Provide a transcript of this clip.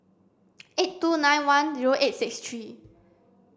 eight two nine one zero eight six three